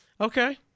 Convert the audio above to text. okay